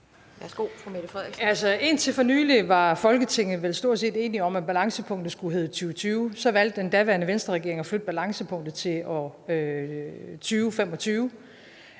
Kl. 10:16 Mette Frederiksen (S): Altså, indtil for nylig var Folketinget vel stort set enige om, at balancepunktet skulle hedde 2020. Så valgte den daværende Venstreregering at flytte balancepunktet til 2025.